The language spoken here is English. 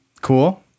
Cool